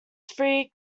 three